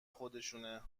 خودشونه